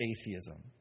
atheism